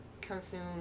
consume